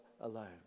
alone